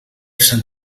sant